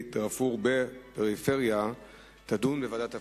דארפור בפריפריה תידון בוועדת הפנים.